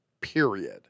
period